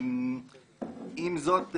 עם זאת,